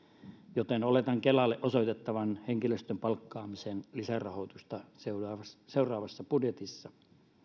joten oletan kelalle osoitettavan henkilöstön palkkaamiseen lisärahoitusta seuraavassa seuraavassa budjetissa